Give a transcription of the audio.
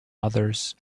others